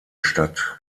stadt